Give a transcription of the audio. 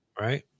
right